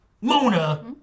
Mona